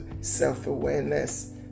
self-awareness